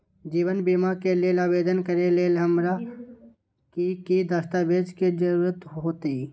जीवन बीमा के लेल आवेदन करे लेल हमरा की की दस्तावेज के जरूरत होतई?